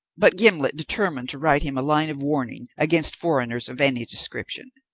but gimblet determined to write him a line of warning against foreigners of any description.